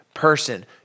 Person